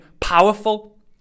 powerful